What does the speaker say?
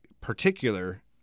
particular